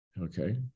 okay